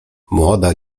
młoda